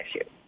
issue